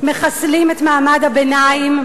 מחסלים את מעמד הביניים,